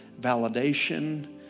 validation